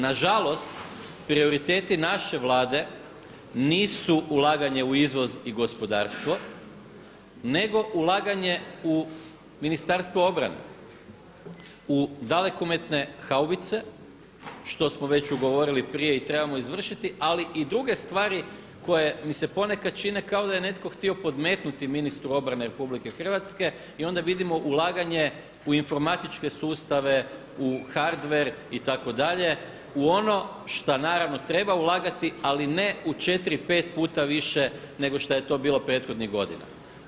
Nažalost prioriteti naše Vlade nisu ulaganje u izvoz i gospodarstvo nego ulaganje u Ministarstvo obrane, u dalekometne haubice što smo već ugovorili prije i trebamo izvršiti ali i druge stvari koje mi se ponekad čine kao da je netko htio podmetnuti ministru obrane RH i onda vidimo ulaganje u informatičke sustave, u hardver itd. u ono šta naravno treba ulagati ali ne u 4, 5 puta više nego što je to bilo prethodnih godina.